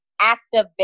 activate